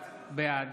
בעד